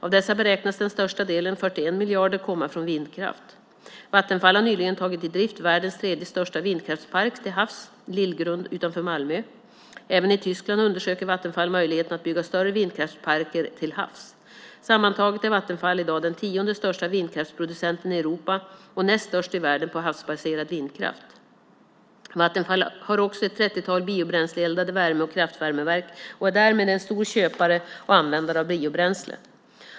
Av dessa beräknas den största delen, 41 miljarder, komma från vindkraft. Vattenfall har nyligen tagit i drift världens tredje största vindkraftpark till havs, Lillgrund utanför Malmö. Även i Tyskland undersöker Vattenfall möjligheterna att bygga större vindkraftsparker till havs. Sammantaget är Vattenfall i dag den tionde största vindkraftsproducenten i Europa och näst störst i världen på havsbaserad vindkraft. Vattenfall har också ett trettiotal biobränsleeldade värme och kraftvärmeverk och är därmed en stor köpare och användare av biobränsle.